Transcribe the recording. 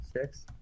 six